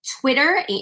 Twitter